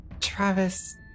Travis